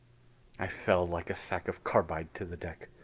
i fell like a sack of carbide to the deck.